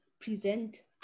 present